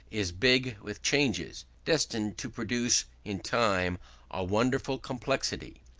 is big with changes, destined to produce in time a wonderful complexity.